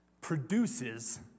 produces